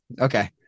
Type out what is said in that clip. Okay